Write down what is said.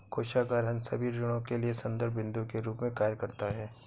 कोषागार अन्य सभी ऋणों के लिए संदर्भ बिन्दु के रूप में कार्य करता है